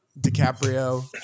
dicaprio